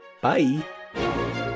bye